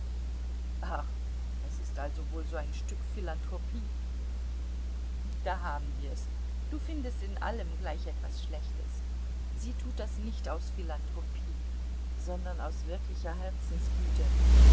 ach das ist also wohl so ein stück philanthropie da haben wir's du findest in allem gleich etwas schlechtes sie tut das nicht aus philanthropie sondern aus wirklicher herzensgüte